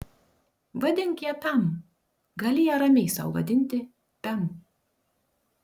vadink ją pem gali ją ramiai sau vadinti pem